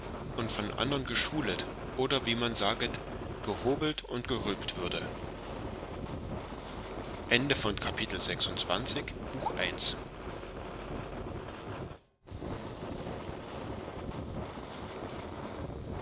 und von andern geschulet oder wie man saget gehobelt und gerülpt würde